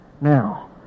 Now